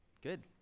good